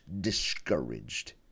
discouraged